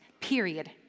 Period